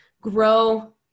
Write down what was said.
grow